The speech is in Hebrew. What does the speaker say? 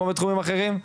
כמו בתחומים אחרים?